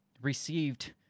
received